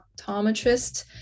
optometrist